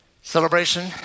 Celebration